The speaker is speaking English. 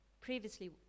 previously